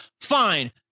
fine